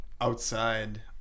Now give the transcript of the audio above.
outside